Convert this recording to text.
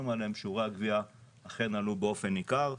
עליהן שיעורי הגבייה אכן עלו באופן ניכר.